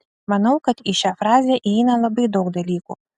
manau kad į šią frazę įeina labai daug dalykų